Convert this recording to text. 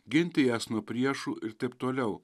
ginti jas nuo priešų ir taip toliau